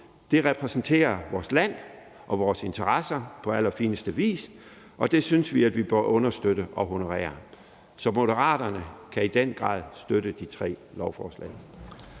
repræsenterer vores land og vores interesser på allerfineste vis, og det synes vi at vi bør understøtte og honorere. Så Moderaterne kan i den grad støtte de tre lovforslag.